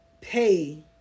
pay